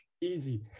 easy